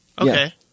okay